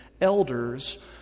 Elders